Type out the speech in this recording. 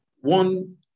One